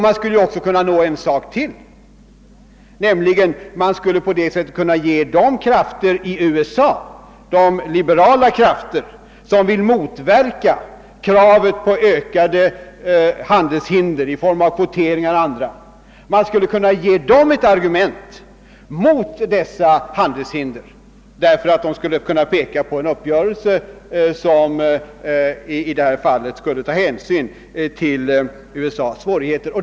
Man skulle också kunna uppnå en annan sak: man skulle på det sättet kunna ge de liberala krafter i USA, som önskar motverka kravet på ökade handelshinder i form av kvo teringar och annat, ett argument mot dessa handelshinder, eftersom man skulle kunna peka på en uppgörelse som tog hänsyn just till USA:s svårigheter.